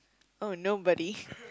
oh nobody